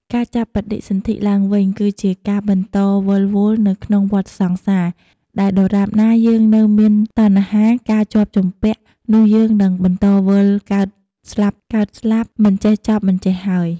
ការចាប់បដិសន្ធិឡើងវិញ គឺជាការបន្តវិលវល់នៅក្នុងវដ្តសង្សារ ដែលដរាបណាយើងនៅមានតណ្ហា ការជាប់ជំពាក់ នោះយើងនឹងបន្តវិលកើតស្លាប់ៗមិនចេះចប់មិនចេះហើយ។